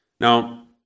Now